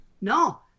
No